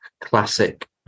classic